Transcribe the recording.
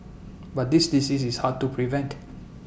but this disease is hard to prevent